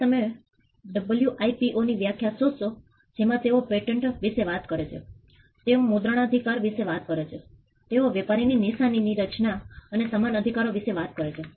હવે તમે ડબલ્યુઆઇપીઓ ની વ્યાખ્યા શોધશો જેમાં તેઓ પેટન્ટ વિશે વાત કરે છે તેઓ મુદ્રણાધિકાર વિશે વાત કરે છે તેઓ વેપારીની નિશાની ની રચના અને સમાન અધિકારો વિષે વાત કરે છે